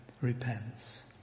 repents